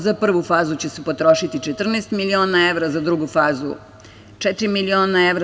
Za prvu fazu će se potrošiti 14 miliona evra, za drugu fazu četiri miliona evra.